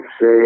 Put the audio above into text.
say